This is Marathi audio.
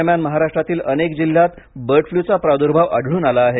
दरम्यान महाराष्ट्रातील अनेक जिल्ह्यांत बर्ड फल्यू चा प्रादुर्भाव आढळून आला आहे